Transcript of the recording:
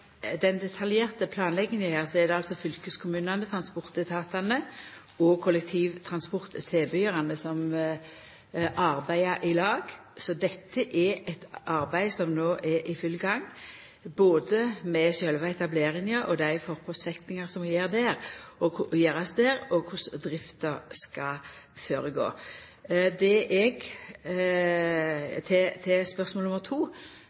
den detaljerte planlegginga, er det altså fylkeskommunane, transportetatane og kollektivtransporttilbydarane som arbeider i lag. Dette er eit arbeid som no er i full gang, både med sjølve etableringa og dei forpostfektingane som må gjerast der, og korleis drifta skal føregå. På spørsmål